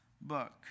book